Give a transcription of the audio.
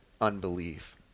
unbelief